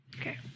Okay